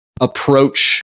approach